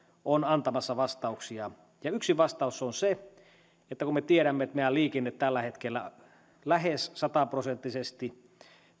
on antamassa vastauksia yksi vastaus on se että kun me tiedämme että meidän liikenteemme tällä hetkellä lähes sataprosenttisesti